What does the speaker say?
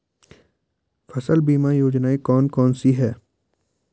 फसल बीमा योजनाएँ कौन कौनसी हैं?